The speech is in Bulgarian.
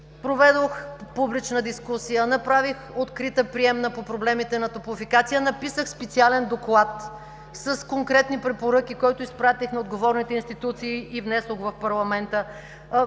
проведох публична дискусия, направих открита приемна по проблемите на „Топлофикация“, написах специален доклад с конкретни препоръки, който изпратих на отговорните институции и внесох в парламента,